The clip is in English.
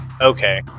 okay